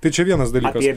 tai čia vienas dalykas